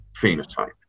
phenotype